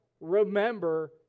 Remember